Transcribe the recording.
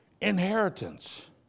inheritance